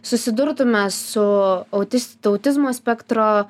susidurtume su autistu autizmo spektro